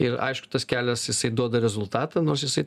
ir aišku tas kelias jisai duoda rezultatą nors jisai